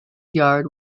yard